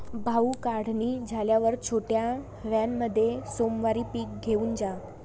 भाऊ, काढणी झाल्यावर छोट्या व्हॅनमध्ये सोमवारी पीक घेऊन जा